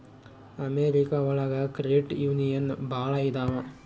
America ಒಳಗ credit union ಭಾಳ ಇದಾವ